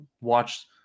watch